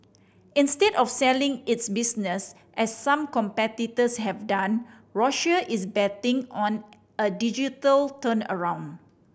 instead of selling its business as some competitors have done Roche is betting on a digital turnaround